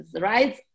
right